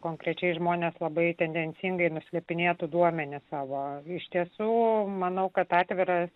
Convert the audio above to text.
konkrečiai žmonės labai tendencingai nuslėpinėtų duomenis savo iš tiesų manau kad atviras